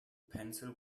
pencil